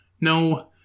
No